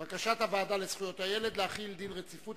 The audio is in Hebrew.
בקשת הוועדה לזכויות הילד להחיל דין רציפות